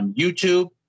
YouTube